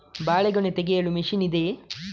ಬಾಳೆಗೊನೆ ತೆಗೆಯಲು ಮಷೀನ್ ಇದೆಯಾ?